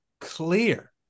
clear